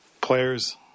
players